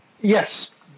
yes